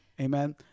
Amen